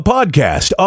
Podcast